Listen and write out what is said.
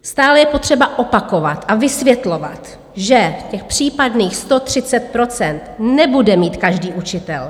Stále je třeba opakovat a vysvětlovat, že případných 130 % nebude mít každý učitel.